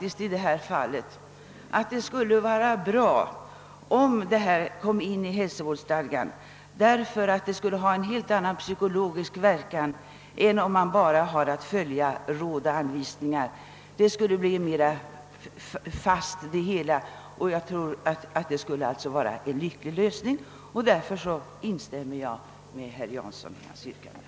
I detta fall tror jag dock att det skulle vara bra om bestämmelser infördes i hälsovårdsstadgan. Detta skulle ha en helt annan psykologisk verkan än om fastighetsägarna bara har att följa råd och anvisningar. En sådan lösning tror jag vore lycklig. Därför instämmer jag i herr Janssons yrkande.